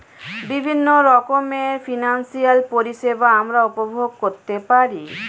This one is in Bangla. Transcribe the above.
বিভিন্ন রকমের ফিনান্সিয়াল পরিষেবা আমরা উপভোগ করতে পারি